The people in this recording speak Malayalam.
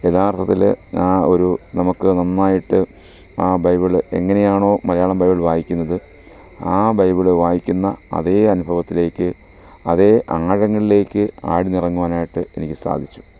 യഥാർത്തത്തിൽ ആ ഒരു നമുക്ക് നന്നായിട്ട് ആ ബൈബിള് എങ്ങനെയാണോ മലയാളം ബൈബിള് വായിക്കുന്നത് ആ ബൈബിള് വായിക്കുന്ന അതെ അനുഭവത്തിലേക്ക് അതേ ആഴങ്ങളിലെക്ക് ആഴ്ന്നിറങ്ങുവാനായിട്ട് എനിക്ക് സാധിച്ചു